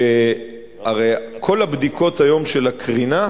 שהרי כל הבדיקות, היום, של הקרינה,